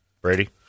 Brady